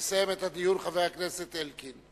יסיים את הדיון חבר הכנסת אלקין.